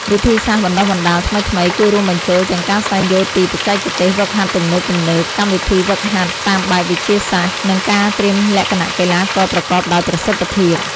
វិធីសាស្ត្របណ្តុះបណ្តាលថ្មីៗគឺរួមបញ្ចូលទាំងការស្វែងយល់ពី បច្ចេកទេសហ្វឹកហាត់ទំនើបៗ កម្មវិធីហ្វឹកហាត់តាមបែបវិទ្យាសាស្ត្រ និងការត្រៀមលក្ខណៈកីឡាករប្រកបដោយប្រសិទ្ធភាព។